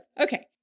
Okay